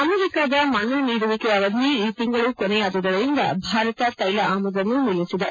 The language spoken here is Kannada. ಅಮೆರಿಕದ ಮನ್ನಾ ನೀಡುವಿಕೆ ಅವಧಿ ಈ ತಿಂಗಳು ಕೊನೆಯಾದುದರಿಂದ ಭಾರತ ತೈಲ ಆಮದನ್ನು ನಿಲ್ಲಿಸಿದೆ